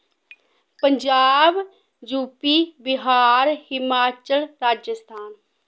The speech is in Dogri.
Punjab U P Bihar Himachal Rajasthan